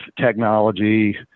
technology